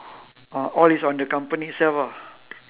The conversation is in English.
al~ all is on the company itself ah